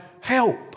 help